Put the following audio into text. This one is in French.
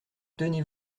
tenez